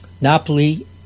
Napoli